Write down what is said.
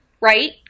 right